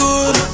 Good